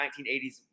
1980s